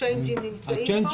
הצ'יינג'ים נמצאים פה?